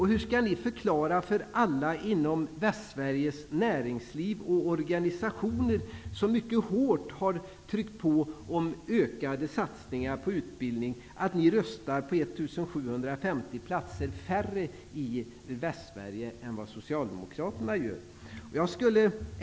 Hur skall ni förklara för alla inom Västsveriges näringsliv och organisationer, som mycket hårt har tryckt på om ökade satsningar på utbildning, att ni röstar på att det skall vara 1 750 platser färre i Västsverige än vad Socialdemokraterna föreslår?